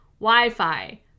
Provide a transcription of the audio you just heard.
Wi-Fi